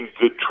good